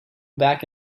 back